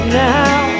now